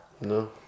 No